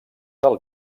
del